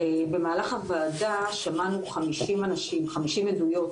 במהלך הוועדה שמענו 50 עדויות